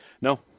No